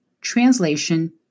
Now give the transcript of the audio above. translation